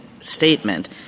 statement